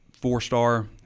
four-star